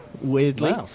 Weirdly